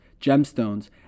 gemstones